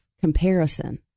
comparison